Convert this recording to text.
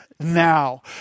now